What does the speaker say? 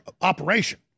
operation